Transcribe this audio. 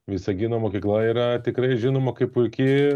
visagino mokykla yra tikrai žinoma kaip puiki